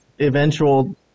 eventual